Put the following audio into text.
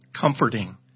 comforting